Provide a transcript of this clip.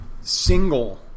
single